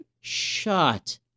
Shut